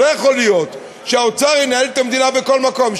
לא יכול להיות שהאוצר ינהל את המדינה בכל מקום.